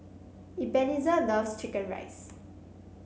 Ebenezer loves chicken rice